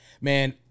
Man